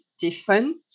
different